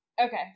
Okay